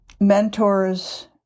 mentors